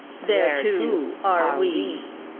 there too are we!